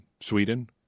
Sweden